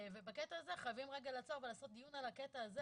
ובקטע הזה חייבים רגע לעצור ולעשות דיון על העניין הזה.